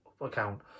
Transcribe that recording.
account